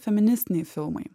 feministiniai filmai